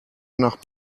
nach